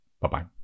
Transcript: Bye-bye